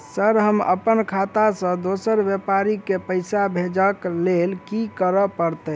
Sir हम अप्पन खाता सऽ दोसर व्यापारी केँ पैसा भेजक लेल की करऽ पड़तै?